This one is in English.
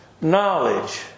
knowledge